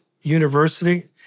University